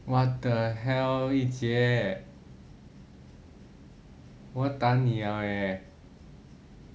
what the hell yi jie 我要打你 liao leh